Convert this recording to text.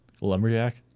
Lumberjack